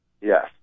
Yes